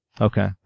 Okay